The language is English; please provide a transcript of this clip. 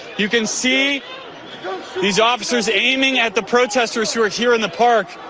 you can see these officers aiming at the protesters who are here in the park.